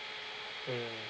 mm